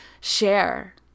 share